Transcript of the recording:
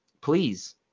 Please